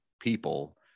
People